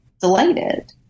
delighted